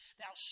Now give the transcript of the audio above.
thou